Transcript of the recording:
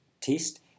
test